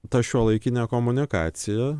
ta šiuolaikinė komunikacija